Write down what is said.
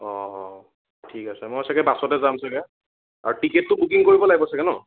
অ' ঠিক আছে মই ছাগে বাছতে যাম ছাগে আৰু টিকেটটো বুকিং কৰিব লাগিব ছাগে ন